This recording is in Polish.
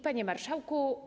Panie Marszałku!